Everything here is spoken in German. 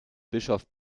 bischof